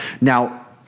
Now